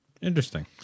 Interesting